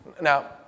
Now